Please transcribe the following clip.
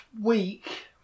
week